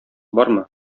бармы